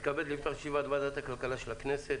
ישיבת ועדת הכלכלה של הכנסת.